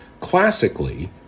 Classically